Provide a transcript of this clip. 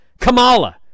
Kamala